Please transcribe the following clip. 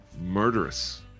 murderous